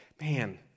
man